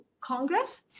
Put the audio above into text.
Congress